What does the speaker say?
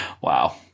Wow